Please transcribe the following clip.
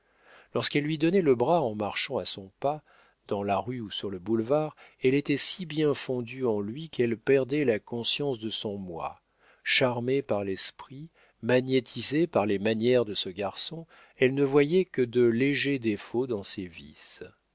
lorsqu'elle lui donnait le bras en marchant à son pas dans la rue ou sur le boulevard elle était si bien fondue en lui qu'elle perdait la conscience de son moi charmée par l'esprit magnétisée par les manières de ce garçon elle ne voyait que de légers défauts dans ses vices